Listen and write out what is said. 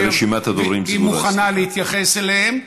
והיא מוכנה להתייחס אליהם,